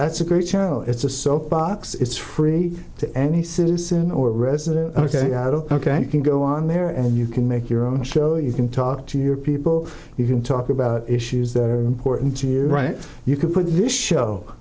that's a great channel it's a soap box it's free to any citizen or resident ok i don't ok you can go on there and you can make your own show you can talk to your people you can talk about issues that are important to you right you could put this show